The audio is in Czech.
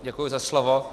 Děkuji za slovo.